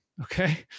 Okay